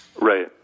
Right